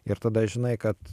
ir tada žinai kad